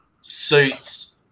suits